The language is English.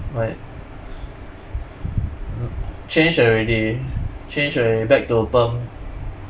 my change already change already back to perm